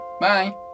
Bye